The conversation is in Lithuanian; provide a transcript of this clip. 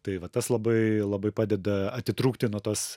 tai va tas labai labai padeda atitrūkti nuo tos